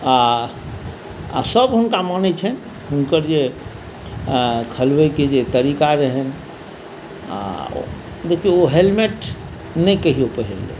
आओर सब हुनका मानै छनि हुनकर जे खेलबैके जे तरीका रहनि आओर देखियौ ओ हेल्मेट नहि कहियो पहिरलथि